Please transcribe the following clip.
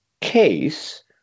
case